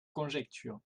conjectures